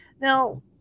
now